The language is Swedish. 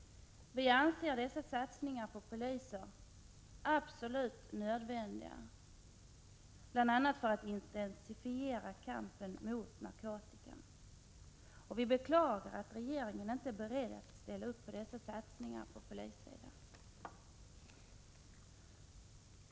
Vi anser dessa satsningar på poliser vara nödvändiga, bl.a. för att intensifiera kampen mot narkotikan, och vi beklagar att regeringen inte är beredd att ställa upp för dessa satsningar på polissidan.